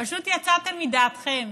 פשוט יצאתם מדעתכם.